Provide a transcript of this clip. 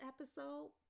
episode